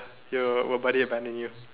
ya your buddy abandon you